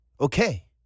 okay